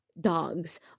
dogs